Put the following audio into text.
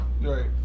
right